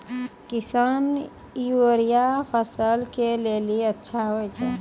किसान यूरिया फसल के लेली अच्छा होय छै?